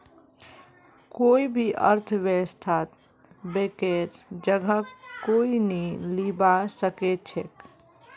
कोई भी अर्थव्यवस्थात बैंकेर जगह कोई नी लीबा सके छेक